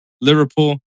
Liverpool